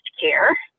care